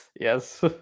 yes